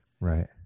Right